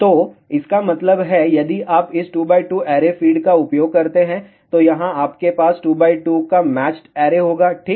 तो इसका मतलब है यदि आप इस 2 x 2 ऐरे फ़ीड का उपयोग करते हैं तो यहाँ आपके पास 2 x 2 का मैच्ड ऐरे होगा ठीक